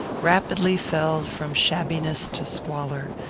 rapidly fell from shabbiness to squalor,